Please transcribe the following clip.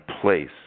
place